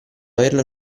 averla